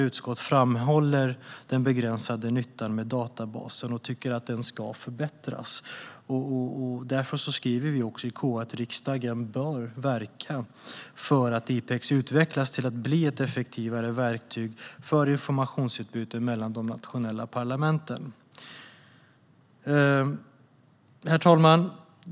Utskott framhåller därför den begränsade nyttan med databasen och tycker att den ska förbättras. Därför skriver vi i KU att riksdagen bör verka för att IPEX utvecklas till att bli ett effektivare verktyg för informationsutbyte mellan de nationella parlamenten. Herr talman!